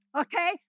Okay